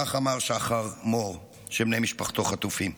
כך אמר שחר מור, שבני משפחתו חטופים.